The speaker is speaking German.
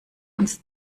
uns